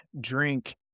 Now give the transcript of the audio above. drink